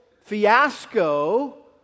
fiasco